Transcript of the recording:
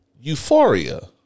euphoria